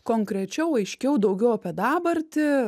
konkrečiau aiškiau daugiau apie dabartį